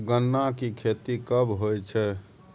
गन्ना की खेती कब होय छै?